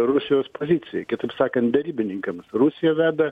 rusijos pozicijai kitaip sakant derybininkams rusija veda